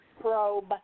Probe